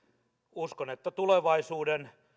uskon että tulevaisuuden